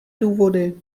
důvody